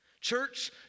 Church